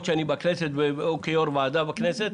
שאני בכנסת או כיושב-ראש ועדה בכנסת